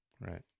Right